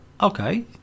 okay